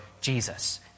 Jesus